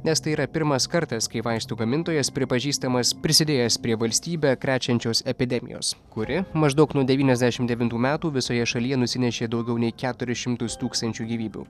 nes tai yra pirmas kartas kai vaistų gamintojas pripažįstamas prisidėjęs prie valstybę krečiančios epidemijos kuri maždaug nuo devyniasdešimt devintų metų visoje šalyje nusinešė daugiau nei keturis šimtus tūkstančių gyvybių